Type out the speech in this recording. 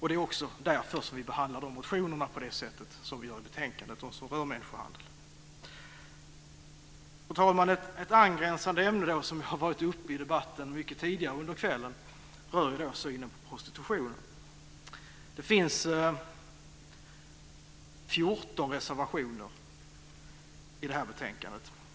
Det är också därför som vi behandlar de motioner som rör människohandel på det sätt som vi gör i betänkandet. Fru talman! Ett angränsande ämne som har varit uppe i debatten tidigare under kvällen rör synen på prostitution. Det finns 14 reservationer i det här betänkandet.